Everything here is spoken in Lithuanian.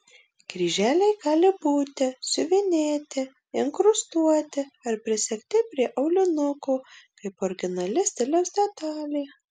kryželiai gali būti siuvinėti inkrustuoti ar prisegti prie aulinuko kaip originali stiliaus detalė